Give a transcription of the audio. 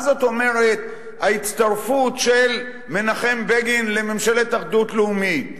מה זאת אומרת ההצטרפות של מנחם בגין לממשלת אחדות לאומית?